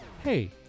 Hey